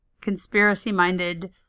conspiracy-minded